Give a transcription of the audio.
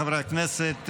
חבריי חברי הכנסת,